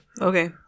Okay